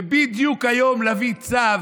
ובדיוק היום להביא צו